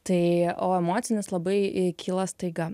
tai o emocinis labai kyla staiga